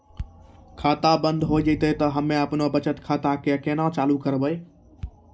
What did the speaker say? खाता बंद हो जैतै तऽ हम्मे आपनौ बचत खाता कऽ केना चालू करवै?